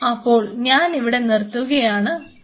അപ്പോൾ ഞാൻ ഇവിടെ നിർത്തുകയാണ് ആണ്